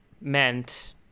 meant